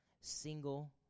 single